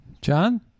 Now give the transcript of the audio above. John